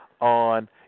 on